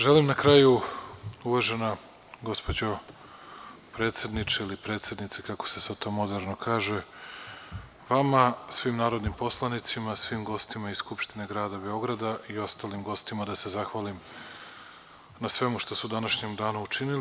Želim na kraju, uvažena gospođo predsedniče, ili predsednice, kako se sada to moderno kaže, vama, svim narodnim poslanicima, svim gostima iz Skupštine Grada Beograda i ostalim gostima da se zahvalim na svemu što su u današnjem danu učinili.